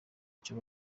icyo